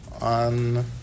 on